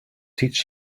teach